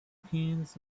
pins